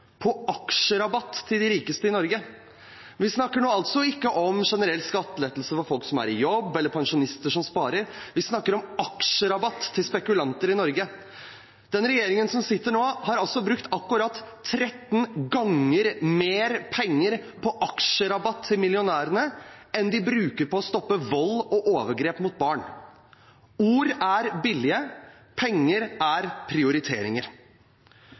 på aksjerabatt til de rikeste i Norge. Vi snakker nå altså ikke om generelle skattelettelser for folk som er i jobb eller pensjonister som sparer; vi snakker om aksjerabatt til spekulanter i Norge. Den regjeringen som sitter nå, har altså brukt akkurat 13 ganger mer penger på aksjerabatt til millionærene enn de bruker på å stoppe vold og overgrep mot barn. Ord er billige, penger er prioriteringer.